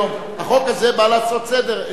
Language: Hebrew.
החוק הזה בא לעשות סדר.